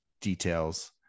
details